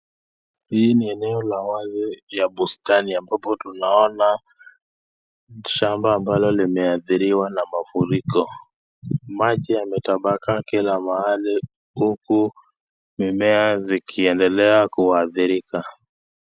Hii ni eneo la wazi ya bustani ambapo tunaona shamba ambalo limeadhiriwa na mafuriko. Maji yametapakaa kila mahali huku mimea zikiendelea kuadhirika.